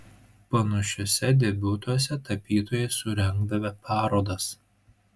panašiuose debiutuose tapytojai surengdavę parodas